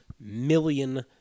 million